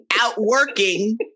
outworking